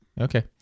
Okay